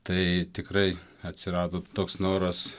tai tikrai atsirado toks noras